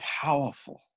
powerful